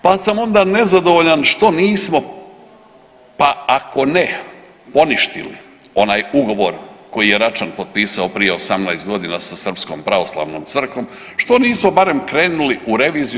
Pa sam onda nezadovoljan što nismo pa ako ne poništili onaj ugovor koji je Račan potpisao prije 18 godina sa Srpskom pravoslavnom crkvom što nismo barem krenuli u reviziju.